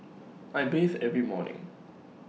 I bathe every morning